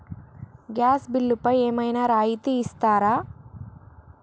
Gas బిల్లుపై ఏమైనా రాయితీ ఇస్తారా?